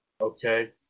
Okay